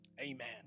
Amen